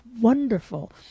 wonderful